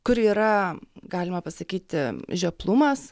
kur yra galima pasakyti žioplumas